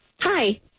Hi